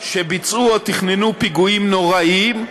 שביצעו או תכננו פיגועים נוראיים.